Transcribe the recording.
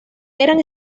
eran